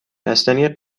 بستنی